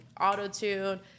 auto-tune